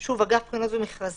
שוב, אגף בחינות ומכרזים,